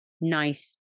nice